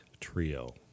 Trio